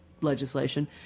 legislation